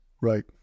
Right